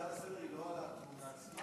ההצעה לסדר-היום היא לא על התאונה עצמה.